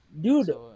Dude